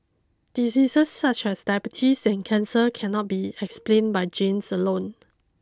diseases such as diabetes and cancer cannot be explained by genes alone